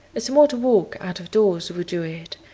a smart walk out of doors would do it,